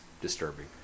disturbing